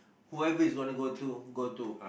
whoever it's gonna go to go to